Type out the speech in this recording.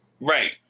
Right